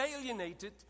alienated